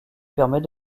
permet